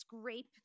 scrape